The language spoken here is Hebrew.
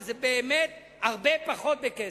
וזה באמת הרבה פחות בכסף,